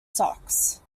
socks